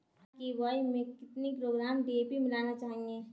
चना की बुवाई में कितनी किलोग्राम डी.ए.पी मिलाना चाहिए?